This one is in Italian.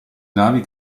navi